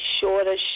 shorter